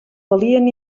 valien